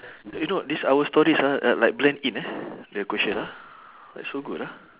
you know this our stories ah uh like blend in eh the question ah like so good ah